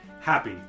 happy